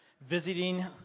visiting